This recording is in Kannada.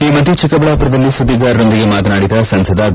ಈ ಮಧ್ಯೆ ಚಿಕ್ಕಬಳ್ಳಾಪುರದಲ್ಲಿ ಸುದ್ದಿಗಾರರೊಂದಿಗೆ ಮಾತನಾಡಿದ ಸಂಸದ ಬಿ